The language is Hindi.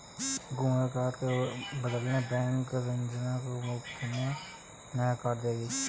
गुम हुए कार्ड के बदले बैंक रंजना को मुफ्त में नया कार्ड देगी